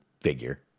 figure